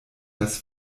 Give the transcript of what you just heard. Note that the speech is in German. das